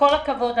כל הכבוד.